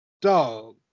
Dog